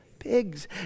pigs